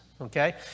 okay